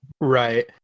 Right